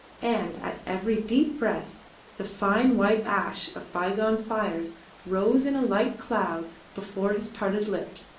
and at every deep breath the fine white ash of bygone fires rose in a light cloud before his parted lips,